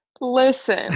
Listen